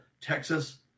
Texas